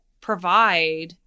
provide